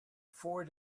four